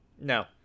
No